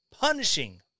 punishing